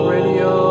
Radio